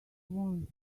want